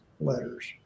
letters